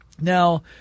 Now